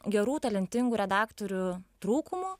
gerų talentingų redaktorių trūkumu